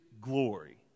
glory